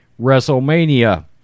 WrestleMania